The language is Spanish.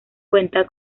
cuenta